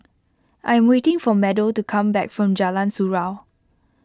I am waiting for Meadow to come back from Jalan Surau